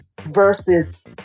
versus